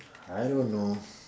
I don't know